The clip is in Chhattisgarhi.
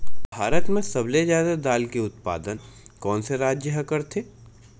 भारत मा सबले जादा दाल के उत्पादन कोन से राज्य हा करथे?